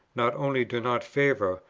not only do not favour,